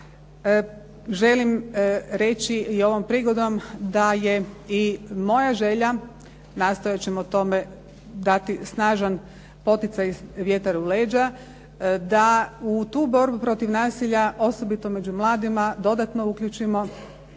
Želim reći i ovom prigodom da je i moja želja, nastojati ćemo tome dati snažan poticaj "vjetar u leđa", da u tu borbu protiv nasilja, osobito među mladima dodatno uključimo